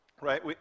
right